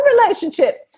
relationship